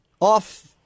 off